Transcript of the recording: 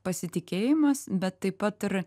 pasitikėjimas bet taip pat ir